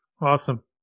Awesome